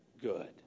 good